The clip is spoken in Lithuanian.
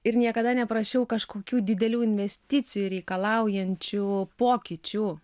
ir niekada neprašiau kažkokių didelių investicijų reikalaujančių pokyčių